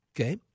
Okay